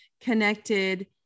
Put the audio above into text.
connected